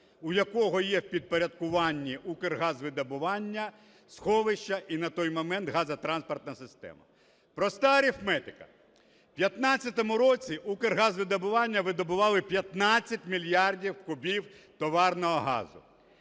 у якого є в підпорядкуванні Укргазвидобування, сховища і на той момент газотранспортна система. Проста арифметика: в 15-му році Укргазвидобування видобували 15 мільярдів кубів товарного газу.